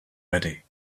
ready